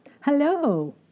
Hello